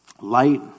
Light